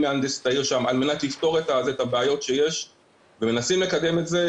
מהנדסת העיר שם על מנת לפתור את הבעיות שיש ומנסים לקדם את זה.